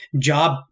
job